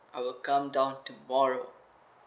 I will come down tomorrow